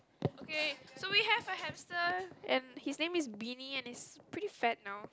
okay so we have a hamster and his name is Beanie and he's pretty fat now